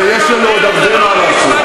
ויש לנו עוד הרבה מה לעשות,